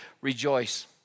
rejoice